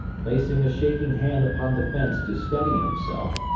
placing a shaking hand upon the fence to steady himself,